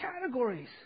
categories